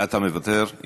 אתה מוותר.